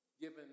Given